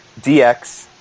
DX